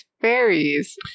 fairies